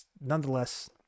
nonetheless